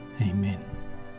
Amen